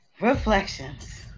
reflections